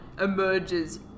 emerges